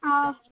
ஆ